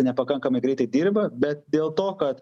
nepakankamai greitai dirba bet dėl to kad